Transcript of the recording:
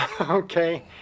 Okay